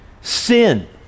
sin